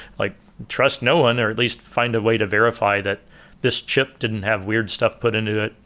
like trust no one, or at least find a way to verify that this chip didn't have weird stuff put into it,